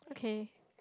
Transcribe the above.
okay